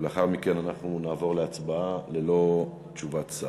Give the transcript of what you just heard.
לאחר מכן נעבור להצבעה ללא תשובת שר.